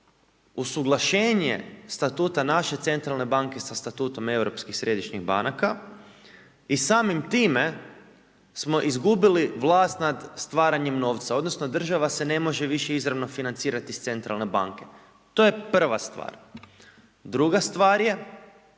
usuglašenije statuta naše Centralne banke sa statutom europskim središnjih banaka i samim time smo izgubili vlast nad stvaranjem novca, odnosno, država se ne može izravno financirati iz Centralne banke. To je prva stvar, druga stvar je